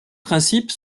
principes